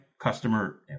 customer